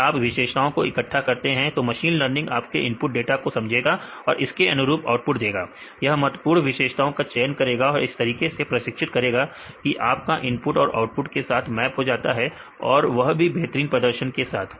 अगर आप कुछ विशेषताओं को इकट्ठा करते हैं तो मशीन लर्निंग आपके इनपुट डाटा को समझेगा और उसके अनुरूप आउटपुट देखा यह महत्वपूर्ण विशेषताओं का चयन करेगा और इस तरीके से प्रशिक्षित करेगा कि आपका इनपुट आपके आउटपुट के साथ मैप हो जाता है और वह भी बेहतरीन प्रदर्शन के साथ